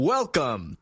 Welcome